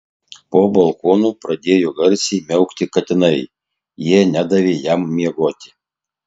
po balkonu pradėjo garsiai miaukti katinai jie nedavė jam miegoti